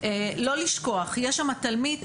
לא לשכוח יש שמה תלמיד,